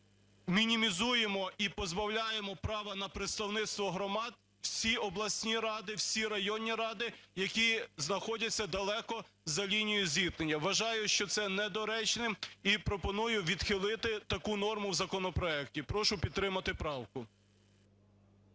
мінімізуємо і позбавляємо права на представництво громад всі обласні ради, всі районні ради, які знаходяться далеко за лінією зіткнення. Вважаю це недоречним і пропоную відхилити таку норму в законопроекті. Прошу підтримати правку.